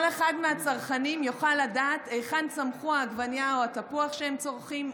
כל אחד מהצרכנים יוכל לדעת היכן צמחו העגבנייה או התפוח שהם צורכים,